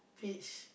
peach